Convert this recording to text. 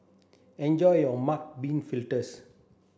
enjoy your mung bean fritters